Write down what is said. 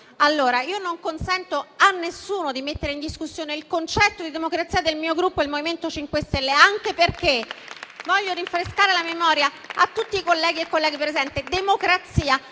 entrati, non consento a nessuno di mettere in discussione il concetto di democrazia del mio Gruppo, il MoVimento 5 Stelle. Questo anche perché - voglio rinfrescare la memoria a tutti i colleghi e le colleghe presenti